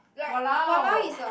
like !walao! is a